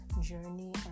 Journey